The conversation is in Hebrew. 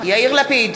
בעד יאיר לפיד,